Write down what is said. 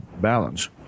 balance